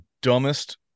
dumbest